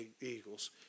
eagles